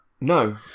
no